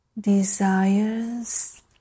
desires